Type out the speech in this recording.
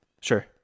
Sure